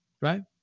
right